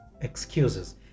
excuses